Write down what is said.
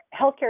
healthcare